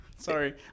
Sorry